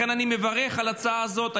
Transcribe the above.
לכן אני מברך על ההצעה הזאת.